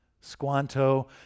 Squanto